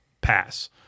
pass